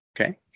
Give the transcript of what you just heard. Okay